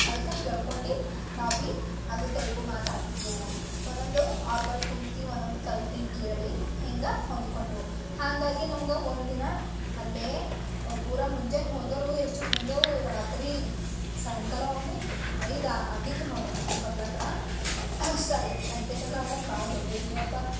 ಅದಕ್ಕಾಗಿ ಕೇಳ್ಕೊಂಡು ನಾವು ಭೀ ಅದು ತೆಲುಗು ಮಾತಾಡ್ತಿದ್ದೆವು ಒಂದೊಂದು ಅವ್ರ ಬಳಿ ಕುಂತಿದ್ವು ಒಂದೊಂದು ಕಲ್ತು ಕೇಳಿ ಹಿಂಗೆ ಹೊಂದ್ಕೊಂಡೆವು ಹಾಗಾಗಿ ನಮ್ಗೆ ಒಂದಿನ ಅಲ್ಲೇ ಪೂರ ಮುಂಜಾನೆ ಹೋದೋರು ಎಷ್ಟಕ್ಕೆ ಬಂದವು ರಾತ್ರಿ ಸಾಯಂಕಾಲ ಒಮ್ಮೆ ಐದು ಆಗಿತ್ತು ನೋಡಿರಿ ಮನೆಗೆ ಬರ್ಲಾಕ್ಕ ಅಷ್ಟು ಆಗ್ಯದ ಎನ್ ಟಿ ಆರ್ ಗಾರ್ಡನ್ ಬಹಳ ದೊಡ್ಡದಪ್ಪ